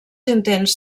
intents